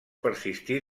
persistir